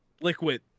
Liquid